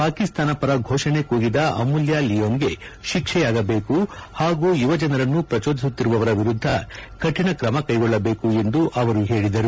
ಪಾಕಿಸ್ತಾನ ಪರ ಘೋಷಣೆ ಕೂಗಿದ ಅಮೂಲ್ಯ ಲಿಯೋನ್ಗೆ ಶಿಕ್ಷೆಯಾಗಬೇಕು ಹಾಗೂ ಯುವಜನರನ್ನು ಪ್ರಜೋದಿಸುತ್ತಿರುವವರ ವಿರುದ್ಧ ಕಠಿಣ ತ್ರಮ ಕೈಗೊಳ್ಳಬೇಕು ಎಂದು ಅವರು ಹೇಳಿದರು